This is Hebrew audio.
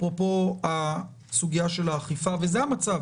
אפרופו סוגיית האכיפה, וזה המצב,